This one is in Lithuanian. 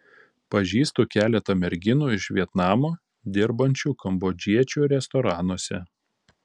pažįstu keletą merginų iš vietnamo dirbančių kambodžiečių restoranuose